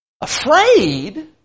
Afraid